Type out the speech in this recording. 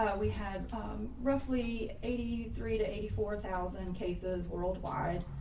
we had roughly eighty three to eighty four thousand cases worldwide.